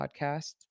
podcast